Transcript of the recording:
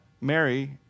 Mary